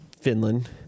Finland